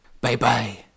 Bye-bye